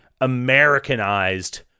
Americanized